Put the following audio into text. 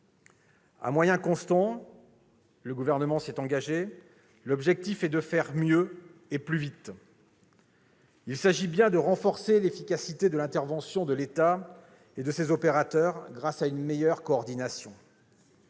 À moyens constants- le Gouvernement s'y est engagé -, l'objectif est de faire mieux et plus vite. Il s'agit bien de renforcer l'efficacité de l'intervention de l'État et de ses opérateurs, grâce à une meilleure coordination.